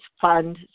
fund